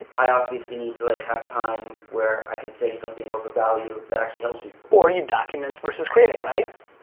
i obviously need to like have time where i can say something worth a value that actually helps people. or you document versus creating, right?